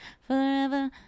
Forever